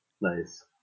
Nice